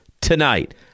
tonight